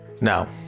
now